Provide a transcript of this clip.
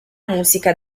musica